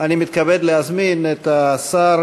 אני מתכבד להזמין את השר